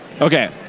Okay